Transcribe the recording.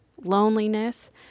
loneliness